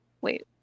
Wait